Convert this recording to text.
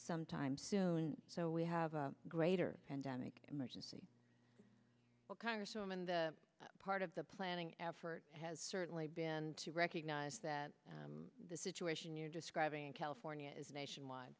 sometime soon so we have a greater pandemic emergency congresswoman the part of the planning effort has certainly been to recognize that the situation you're describing in california is nationwide